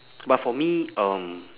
but for me um